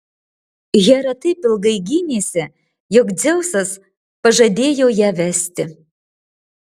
hera taip ilgai gynėsi jog dzeusas pažadėjo ją vesti